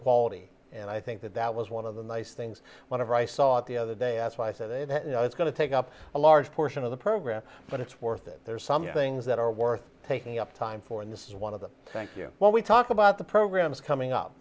quality and i think that that was one of the nice things whenever i saw it the other day as i said it you know it's going to take up a large portion of the program but it's worth it there are some things that are worth taking up time for and this is one of them thank you when we talk about the programs coming up